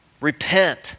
Repent